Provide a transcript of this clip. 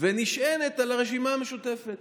והיא נשענת על הרשימה המשותפת.